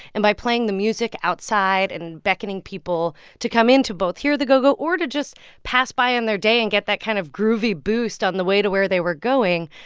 and by playing the music outside and beckoning people to come in to both hear the go-go, or to just pass by on their day and get that kind of groovy boost on the way to where they were going,